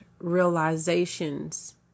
realizations